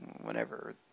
whenever